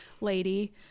lady